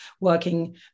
working